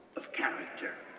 of character.